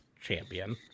champion